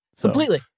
completely